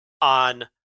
on